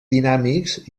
dinàmics